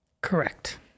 Correct